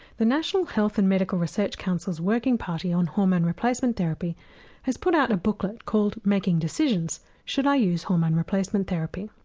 the national health and medical research council's working parting on hormone replacement therapy has put out a booklet called making decisions should i use hormone replacement therapy?